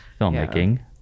filmmaking